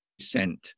sent